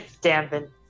dampen